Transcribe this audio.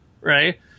Right